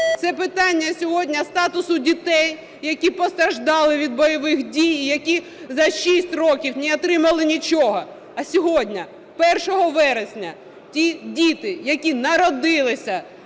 це питання сьогодні статусу дітей, які постраждали від бойових дій і які за 6 років не отримали нічого. А сьогодні, 1 вересня, ті діти, які народилися